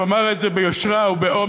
הוא אמר את זה ביושרה ובאומץ,